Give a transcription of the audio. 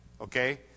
Okay